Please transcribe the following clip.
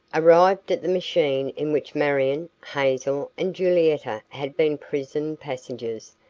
arrived at the machine in which marion, hazel and julietta had been prison-passengers,